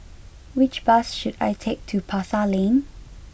which bus should I take to Pasar Lane